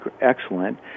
excellent